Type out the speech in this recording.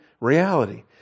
reality